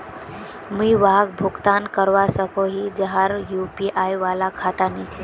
मुई वहाक भुगतान करवा सकोहो ही जहार यु.पी.आई वाला खाता नी छे?